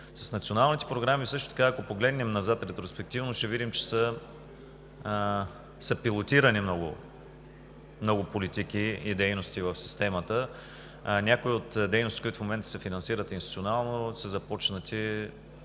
С националните програми, ако погледнем назад ретроспективно, ще видим, че са пилотирани много политики и дейности в системата. Някои от дейностите, които в момента се финансират институционално, е започнало